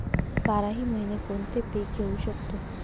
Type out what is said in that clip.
बाराही महिने कोणते पीक घेवू शकतो?